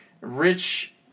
Rich